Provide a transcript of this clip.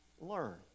learn